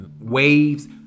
waves